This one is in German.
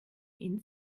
ihn